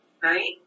Right